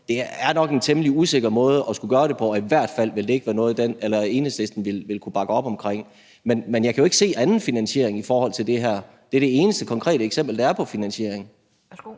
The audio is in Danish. måde er nok en temmelig usikker måde at skulle gøre det på, og i hvert fald vil det ikke være noget, Enhedslisten vil kunne bakke op omkring. Men jeg kan jo ikke se anden finansiering i forhold til det her. Det er det eneste konkrete eksempel, der er på finansiering. Kl.